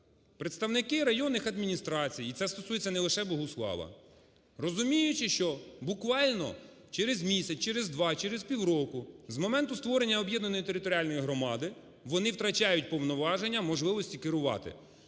Представники районних адміністрацій, і це стосується не лише Богуслава, розуміючи, що буквально через місяць, через два, через півроку з моменту створення об'єднаної територіальної громади вони втрачають повноваження, можливості керувати